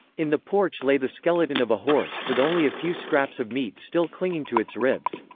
in the porch lay the skeleton of a horse, with only a few scraps of meat still clinging to its ribs.